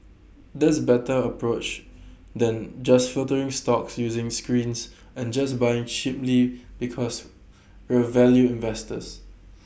that's better approach than just filtering stocks using screens and just buying cheaply because we're value investors